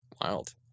wild